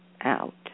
out